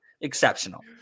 exceptional